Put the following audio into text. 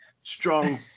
Strong